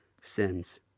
sins